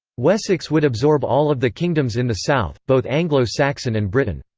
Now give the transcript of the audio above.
wessex would absorb all of the kingdoms in the south, both anglo-saxon and briton.